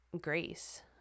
grace